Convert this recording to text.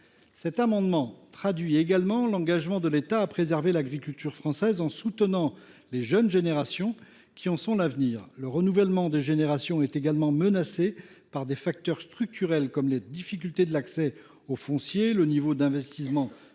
également traduire l’engagement de l’État de préserver l’agriculture française en soutenant les jeunes générations, qui en sont l’avenir. Le renouvellement des générations est également menacé par des facteurs structurels, comme les difficultés d’accès au foncier, le niveau d’investissements